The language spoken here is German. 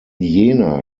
jena